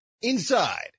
inside